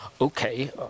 Okay